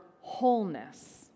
wholeness